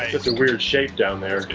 it's a weird shape down there.